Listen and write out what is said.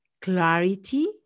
clarity